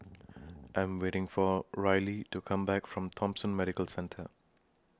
I Am waiting For Rillie to Come Back from Thomson Medical Centre